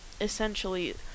essentially